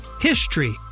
HISTORY